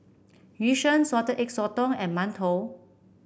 Yu Sheng Salted Egg Sotong and mantou